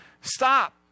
stop